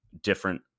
different